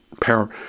power